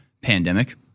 pandemic